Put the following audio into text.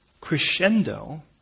crescendo